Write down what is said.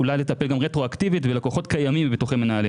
אולי לטפל גם רטרואקטיבית ולקוחות קיימים בביטוחי מנהלים.